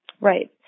Right